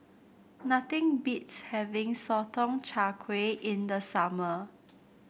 nothing beats having Sotong Char Kway in the summer